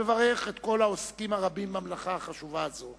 אני מברך את כל העוסקים הרבים במלאכה החשובה הזאת